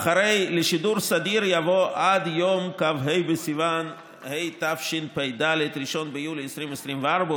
אחרי "לשירות סדיר" יבוא "עד יום כ"ה בסיוון התשפ"ד (1 ביולי 2024)",